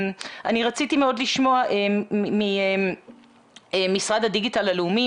אני רציתי מאוד לשמוע ממשרד הדיגיטל הלאומי,